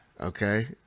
Okay